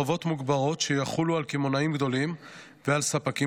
חובות מוגברות שיחולו על קמעונאים גדולים ועל ספקים